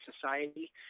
society